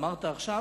אמרת עכשיו.